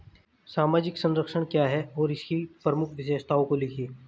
सामाजिक संरक्षण क्या है और इसकी प्रमुख विशेषताओं को लिखिए?